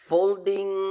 Folding